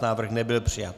Návrh nebyl přijat.